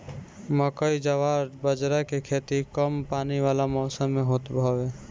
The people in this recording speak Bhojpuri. मकई, जवार बजारा के खेती कम पानी वाला मौसम में होत हवे